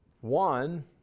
one